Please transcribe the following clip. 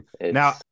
Now